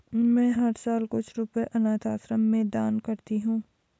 मैं हर साल कुछ रुपए अनाथ आश्रम में दान करती हूँ